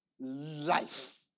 life